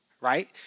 Right